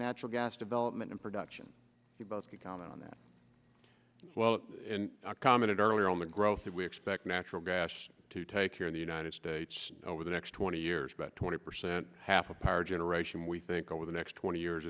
natural gas development and production you both can comment on that well commented earlier on the growth that we expect natural gas to take here in the united states over the next twenty years about twenty percent half of power generation we think over the next twenty years